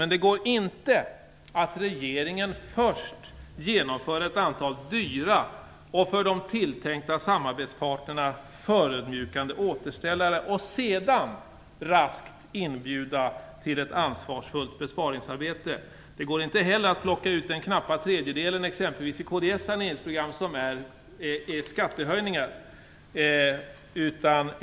Men det går inte att regeringen först genomför ett antal dyra och för de tilltänkta samarbetspartnerna förödmjukande återställare och sedan raskt inbjuder till ett ansvarsfullt besparingsarbete. Det går inte heller att plocka ut knappa tredjedelen i kds saneringsprogram som är skattehöjningar.